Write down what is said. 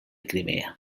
crimea